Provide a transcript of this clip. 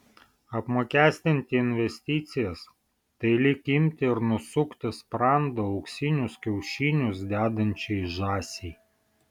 apmokestinti investicijas tai lyg imti ir nusukti sprandą auksinius kiaušinius dedančiai žąsiai